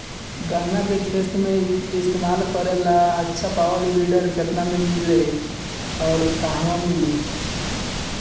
गन्ना के खेत में इस्तेमाल करेला अच्छा पावल वीडर केतना में आवेला अउर कहवा मिली?